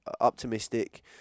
optimistic